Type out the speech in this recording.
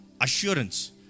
assurance